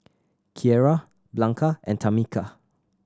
Kiera Blanca and Tamica